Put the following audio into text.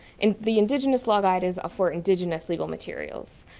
and the indigenous law guide is for indigenous legal materials.